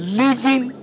living